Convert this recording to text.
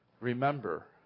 remember